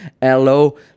hello